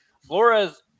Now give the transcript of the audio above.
flores